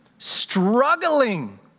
Struggling